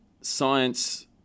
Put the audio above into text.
science